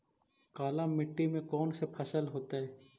काला मिट्टी में कौन से फसल होतै?